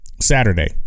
Saturday